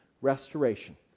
restoration